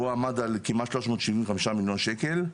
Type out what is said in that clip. הוא עמד על כמעט שלוש מאות שבעים וחמישה מיליון שקל,